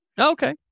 Okay